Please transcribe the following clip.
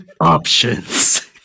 options